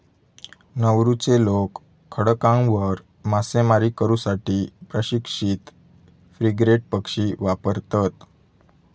नौरूचे लोक खडकांवर मासेमारी करू साठी प्रशिक्षित फ्रिगेट पक्षी वापरतत